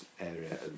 area